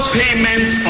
payments